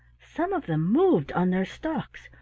some of them moved on their stalks,